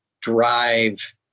drive